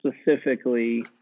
specifically